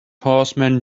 horseman